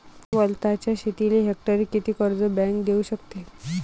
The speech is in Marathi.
वलताच्या शेतीले हेक्टरी किती कर्ज बँक देऊ शकते?